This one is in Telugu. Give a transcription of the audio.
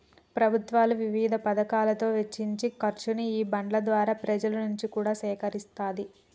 ప్రభుత్వాలు వివిధ పతకాలలో వెచ్చించే ఖర్చుని ఈ బాండ్ల ద్వారా పెజల నుంచి కూడా సమీకరిస్తాది